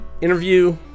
interview